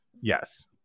yes